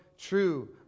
True